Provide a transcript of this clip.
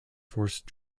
forced